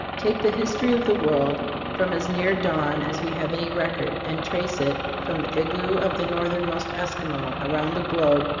take the history of the world from as near dawn as we have any record, and trace it from the igloo of the northernmost esquimo, around the globe,